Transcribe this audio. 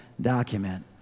document